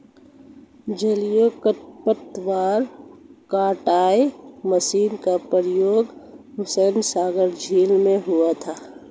जलीय खरपतवार कटाई मशीन का प्रयोग हुसैनसागर झील में हुआ था